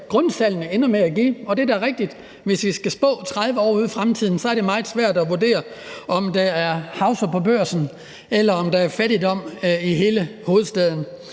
grundsalgene ender med at give. Og det er da rigtigt, at hvis vi skal spå 30 år ud i fremtiden, er det meget svært at vurdere, om der er hausser på Børsen, eller om der er fattigdom i hele hovedstaden.